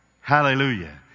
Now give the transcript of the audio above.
hallelujah